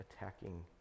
attacking